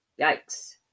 Yikes